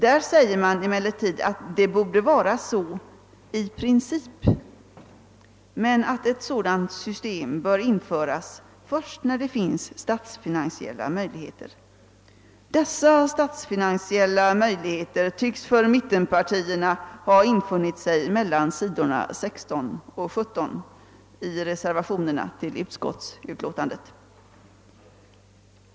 Där uttalas att det i princip borde vara på detta sätt men att ett sådant system bör införas först när det finns statsfinansiella möjligheter härför. Dessa statsfinansiella möjligheter tycks för mittenpartierna ha uppkommit mellan sidorna 15 och 16 i statsutskottets utlåtande nr 101.